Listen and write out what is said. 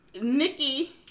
Nikki